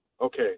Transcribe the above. Okay